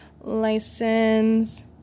License